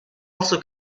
also